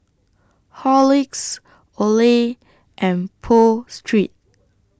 Horlicks Olay and Pho Street